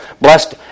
blessed